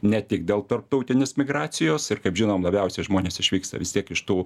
ne tik dėl tarptautinės migracijos ir kaip žinom labiausiai žmonės išvyksta vis tiek iš tų